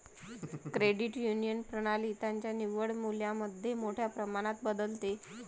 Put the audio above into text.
credit union प्रणाली त्यांच्या निव्वळ मूल्यामध्ये मोठ्या प्रमाणात बदलते